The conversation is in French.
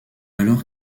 alors